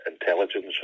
intelligence